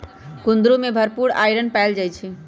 कुंदरू में भरपूर आईरन पाएल जाई छई